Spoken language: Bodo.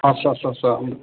आस्सा सा सा